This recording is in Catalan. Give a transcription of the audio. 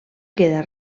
queda